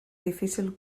difícil